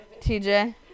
TJ